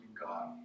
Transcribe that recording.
God